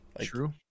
True